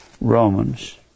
Romans